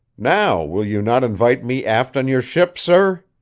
now will you not invite me aft on your ship, sir?